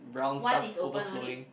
one is open only